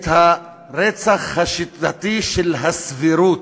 את הרצח השיטתי של הסבירות,